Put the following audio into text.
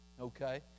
okay